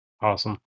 Awesome